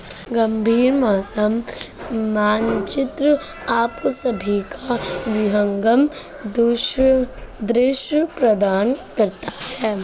गंभीर मौसम मानचित्र आपको सभी का विहंगम दृश्य प्रदान करता है